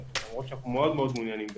למרות שאנחנו מאוד מאוד מעוניינים בכך.